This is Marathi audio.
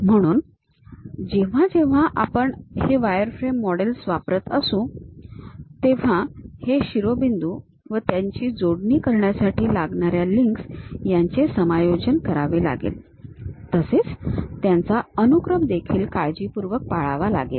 म्हणून जेव्हा जेव्हा आपण हे वायरफ्रेम मॉडेल्स वापरत असू तेव्हा हे शिरोबिंदू व त्यांची जोडणी करण्यासाठी लागणाऱ्या लिंक्स यांचे समायोजन करावे लागेल तसेच त्यांचा अनुक्रम देखील काळजीपूर्वक पाळावा लागेल